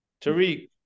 Tariq